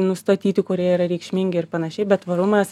nustatyti kurie yra reikšmingi ir panašiai bet tvarumas